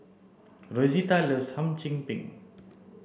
rosita loves hum chim peng